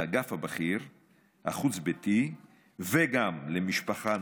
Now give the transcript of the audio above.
האגף החוץ-ביתי למשפחה,